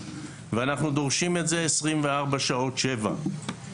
ואנחנו דורשים את זה 24 שעות שבעה ימים.